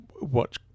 watch